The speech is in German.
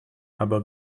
aber